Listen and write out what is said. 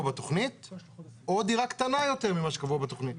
בתוכנית או דירה קטנה יותר ממה שקבוע בתוכנית.